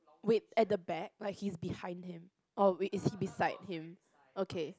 wait at the back like he's behind him or is he beside him okay